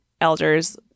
elders